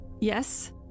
Yes